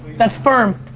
that's firm.